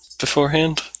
beforehand